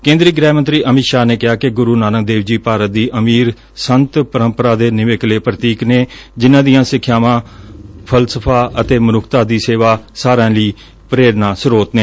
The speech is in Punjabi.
ਕੇਦਰੀ ਗਹਿ ਮੰਤਰੀ ਅਮਿਤ ਸ਼ਾਹ ਨੇ ਕਿਹਾ ਕਿ ਗਰ ਨਾਨਕ ਦੇਵ ਜੀ ਭਾਰਤ ਦੀ ਅਮੀਰ ਸੰਤ ਪਰੰਪਰਾ ਦੇ ਨਿਵੇਕਲੇ ਪੁਤੀਕ ਹਨ ਜਿਨੂਾਂ ਦੀਆਂ ਸਿੱਖਿਆਵਾਂ ਫਲਸਫਾ ਅਤੇ ਮਨੁੱਖਤਾ ਦੀ ਸੇਵਾ ਸਾਰਿਆਂ ਲਈ ਪ੍ਰੇਰਣਾ ਸਰੋਤ ਨੇ